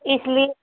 idli